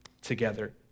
together